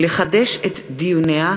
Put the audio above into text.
עמרם מצנע,